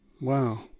Wow